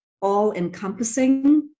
all-encompassing